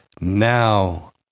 now